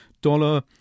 dollar